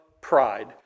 pride